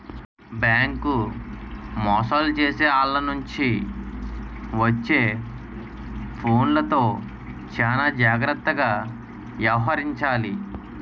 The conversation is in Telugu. బేంకు మోసాలు చేసే ఆల్ల నుంచి వచ్చే ఫోన్లతో చానా జాగర్తగా యవహరించాలి